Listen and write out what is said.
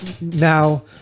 Now